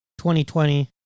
2020